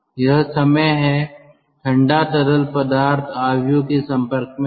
यह समय है ठंडा तरल पदार्थ मैट्रिक्स के संपर्क में है